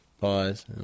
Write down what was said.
pause